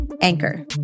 Anchor